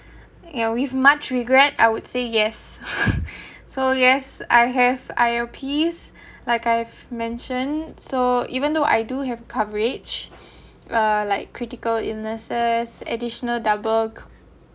yeah with much regret I would say yes so yes I have I_O_P's like I've mentioned so even though I do have coverage like critical illnesses additional doubled